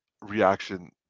reaction